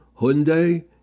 Hyundai